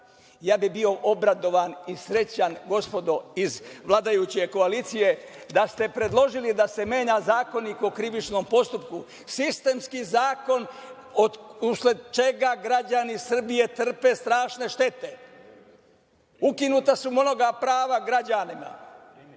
ja bih bio obradovan i srećan, gospodo iz vladajuće koalicije, da ste predložili da se menja Zakonik o krivičnom postupku. Sistemski zakon usled čega građani Srbije trpe strašne štete. Ukinuta su mnoga prava građanima,